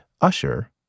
Usher